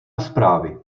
zprávy